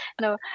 no